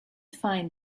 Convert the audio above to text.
find